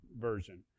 Version